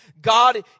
God